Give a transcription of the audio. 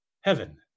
heaven